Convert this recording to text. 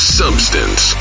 substance